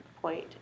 point